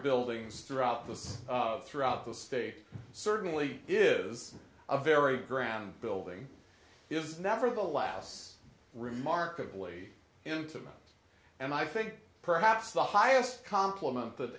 buildings throughout the city throughout the state certainly is a very ground building is never the last remarkably intimate and i think perhaps the highest compliment that